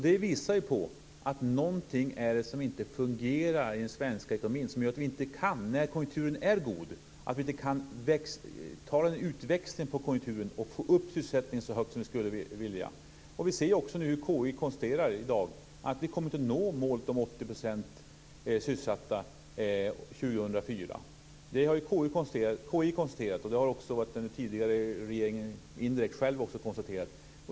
Det visar på att det är någonting som inte fungerar i den svenska ekonomin och som gör att vi inte kan få en utväxling på konjunkturen när den är god och få upp sysselsättningen så högt som vi skulle vilja. Vi ser ju nu att KI i dag konstaterar att vi inte kommer att nå målet 80 % sysselsättning 2004. Det har KI konstaterat, och det har också regeringen tidigare själv indirekt konstaterat.